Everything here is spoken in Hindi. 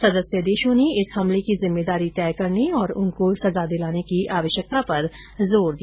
सदस्य देशों ने इस हमले की जिम्मेदारी तय करने और उनको सजा दिलाने की आवश्यकता पर जोर दिया